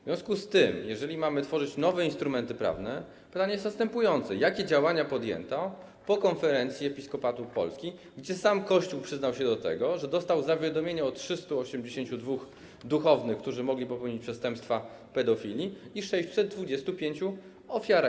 W związku z tym, jeżeli mamy tworzyć nowe instrumenty prawne, pytanie jest następujące: Jakie działania podjęto po Konferencji Episkopatu Polski, gdzie sam Kościół przyznał się do tego, że dostał zawiadomienie o 382 duchownych, którzy mogli popełnić przestępstwa pedofilii i 625 ofiarach?